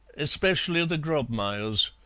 especially the grobmayers.